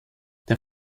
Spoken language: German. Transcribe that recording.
der